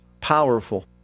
powerful